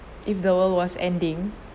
if the world was ending